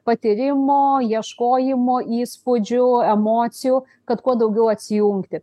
patyrimo ieškojimo įspūdžių emocijų kad kuo daugiau atsijungti